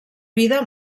vida